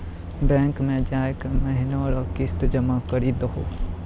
bank मे जाय के महीना रो किस्त जमा करी दहो